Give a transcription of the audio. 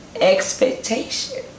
expectation